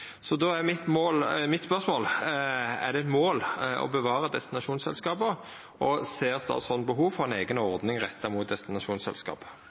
mitt spørsmål: Er det eit mål å bevara destinasjonsselskapa, og ser statsråden behov for ei eiga ordning retta mot destinasjonsselskap?